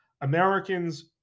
Americans